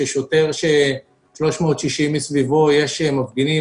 של שוטר ש-360 מעלות מסביבו יש מפגינים,